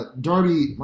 Darby